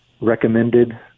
recommended